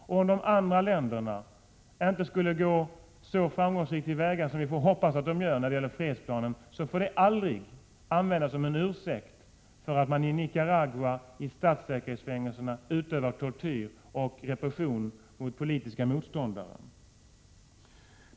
Och om de andra länderna inte skulle nå så framgångsrika resultat som vi får hoppas på i fråga om fredsplanen, får det aldrig användas som ursäkt för att man i statssäkerhetsfängelserna i Nicaragua utövar tortyr och repression mot politiska motståndare.